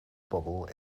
bubble